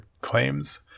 claims